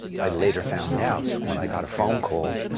i later found out when i got a phone call,